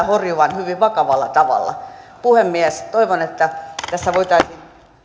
horjuvan hyvin vakavalla tavalla puhemies toivon että tässä voitaisiin